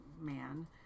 man